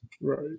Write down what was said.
Right